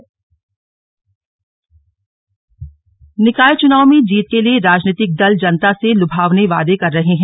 manifesto निकाय चुनाव में जीत के लिए राजनीतिक दल जनता से लुभावने वादे कर रहे हैं